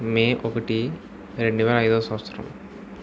మే ఒకటి రెండువేల ఐదో సంవత్సరం